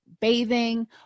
bathing